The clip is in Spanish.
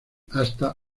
hasta